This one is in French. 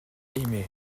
aimé